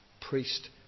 priest